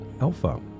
Alpha